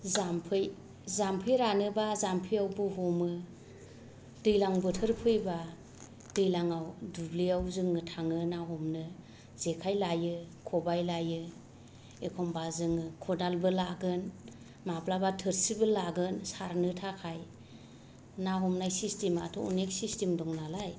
जामफै जामफै रानोबा जामफैआवबो हमो दैज्लां बोथोर फैबा दैज्लांआव दुब्लिआव जोङो थाङो ना हमनो जेखाइ लायो खबाइ लायो एखमब्ला जोङो खदालबो लागोन माब्लाबा थोरसिबो लागोन सारनो थाखाय ना हमनाय सिस्टेमाआथ' अनेख सिस्टेम दङ नालाय